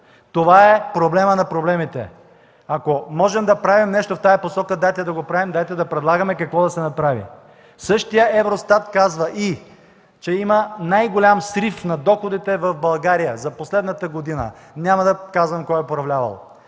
Това е проблемът на проблемите! Ако можем да направим нещо в тази посока, дайте да го правим, дайте да предлагаме какво да се направи! Същият Евростат казва и, че има най-голям срив на доходите в България за последната година. Няма да казвам кой е управлявал.